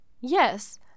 Yes